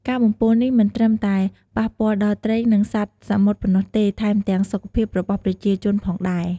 ការបំពុលនេះមិនត្រឹមតែប៉ះពាល់ដល់ត្រី និងសត្វសមុទ្រប៉ុណ្ណោះទេ ថែមទាំងសុខភាពរបស់ប្រជាជនផងដែរ។